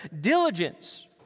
diligence